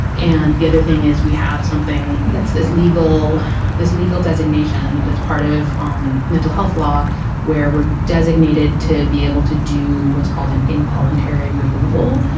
and the other thing is we have something that's this legal this legal designation that's part of um mental health law where we're designated to be able to do what's called an involuntary removal,